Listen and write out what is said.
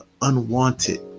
unwanted